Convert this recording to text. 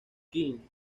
king